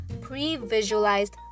pre-visualized